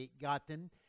gotten